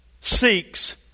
seeks